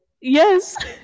Yes